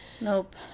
Nope